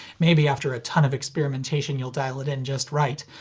maybe after a ton of experimentation you'll dial it in just right,